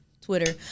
twitter